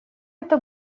это